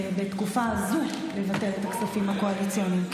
ובתקופה הזו לבטל את הכספים הקואליציוניים.